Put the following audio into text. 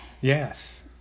Yes